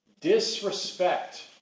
disrespect